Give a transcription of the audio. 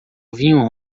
vinho